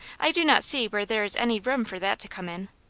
i do not see where there is any room for that to come in.